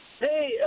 Hey